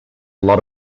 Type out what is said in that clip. lot